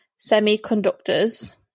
semiconductors